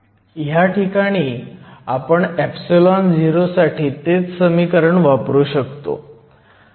ह्या ठिकाणी आपण o साठी तेच समीकरण वापरू शकतो